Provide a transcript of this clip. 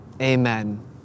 Amen